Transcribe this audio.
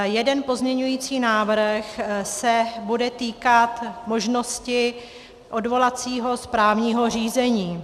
Jeden pozměňovací návrh se bude týkat možnosti odvolacího správního řízení.